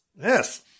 Yes